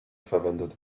verwendet